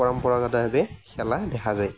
পৰম্পৰাগতভাৱে খেলা দেখা যায়